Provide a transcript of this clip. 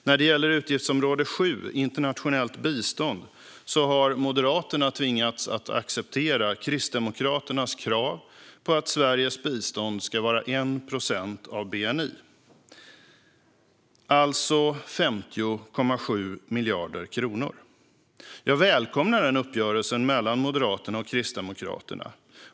När det gäller utgiftsområde 7 Internationellt bistånd har Moderaterna tvingats att acceptera Kristdemokraternas krav på att Sveriges bistånd ska vara 1 procent av bni, alltså 50,7 miljarder kronor. Jag välkomnar den uppgörelsen mellan Moderaterna och Kristdemokraterna.